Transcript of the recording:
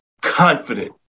confident